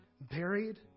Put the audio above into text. buried